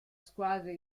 squadre